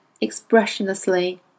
expressionlessly